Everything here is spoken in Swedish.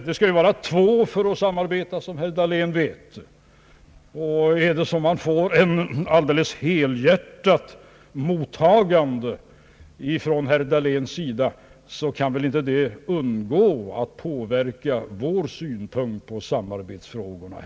Det skall ju vara två parter om ett samarbete, som herr Dahlén vet, och får våra förslag ett helhjärtat mottagande av herr Dahlén kan det väl inte heller undgå att påverka vår syn på samarbetsfrågorna.